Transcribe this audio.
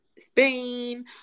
Spain